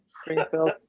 Springfield